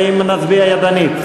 האם נצביע ידנית?